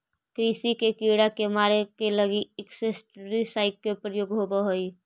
कृषि के कीड़ा के मारे के लगी इंसेक्टिसाइट्स् के प्रयोग होवऽ हई